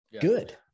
Good